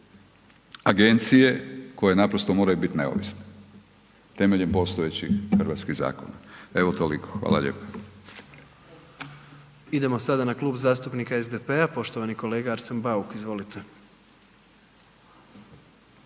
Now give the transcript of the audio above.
agencije koje naprosto moraju biti neovisne temeljem postojećih hrvatskih zakona. Evo toliko, hvala lijepo. **Jandroković, Gordan (HDZ)** Idemo sada na Klub zastupnika SDP-a, poštovani kolega Arsen Bauk, izvolite.